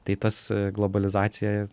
tai tas globalizacija